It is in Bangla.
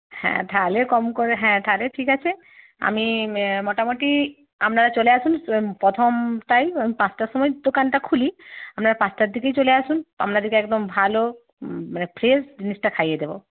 হ্যাঁ তাহলে কম করে হ্যাঁ তাহলে ঠিক আছে আমি মোটামুটি আপনারা চলে আসুন প্রথমটাই পাঁচটার সময় দোকানটা খুলি আপনারা পাঁচটার দিকেই চলে আসুন আপনাদেরকে একদম ভালো মানে ফ্রেশ জিনিসটা খাইয়ে দেব